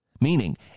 Meaning